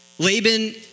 Laban